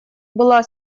была